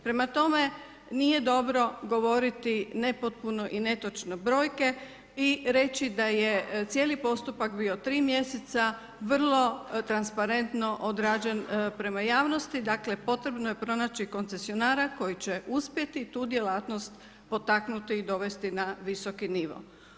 Prema tome nije dobro govoriti nepotpune i netočne brojke i reći da je cijeli postupak bio tri mjeseca vrlo transparentno odrađen prema javnosti, dakle potrebno je pronaći koncesionara koji će uspjeti tu djelatnost potaknuti i dovesti na visoki nivo.